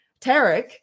Tarek